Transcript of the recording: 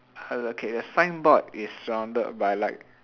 err okay the signboard is surrounded by light